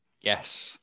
yes